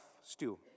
stew